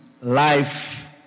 life